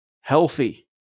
healthy